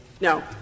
no